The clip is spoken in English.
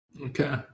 Okay